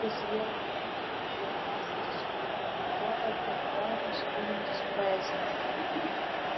jis vėl rėkė kad byla esanti sufabrikuota o prokuroras kuriantis poeziją